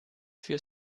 für